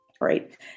right